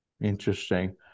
Interesting